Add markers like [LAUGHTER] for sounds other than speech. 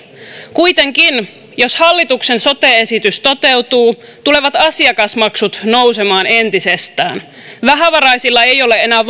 kuitenkin jos hallituksen sote esitys toteutuu tulevat asiakasmaksut nousemaan entisestään vähävaraisilla ei ole enää [UNINTELLIGIBLE]